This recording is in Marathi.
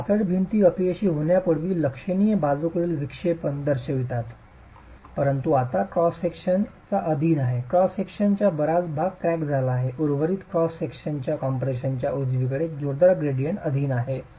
तर पातळ भिंती अपयशी होण्यापूर्वी लक्षणीय बाजूकडील विक्षेपण दर्शवितात परंतु आता क्रॉस सेक्शनचा अधीन आहे क्रॉस सेक्शनचा बराच भाग क्रॅक झाला आहे उर्वरित क्रॉस सेक्शन कॉम्प्रेशनच्या उजवीकडे जोरदार ग्रेडियंटच्या अधीन आहे